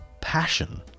passion